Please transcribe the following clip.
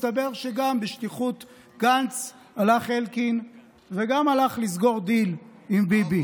מסתבר גם שבשליחות גנץ הלך אלקין לסגור דיל עם ביבי.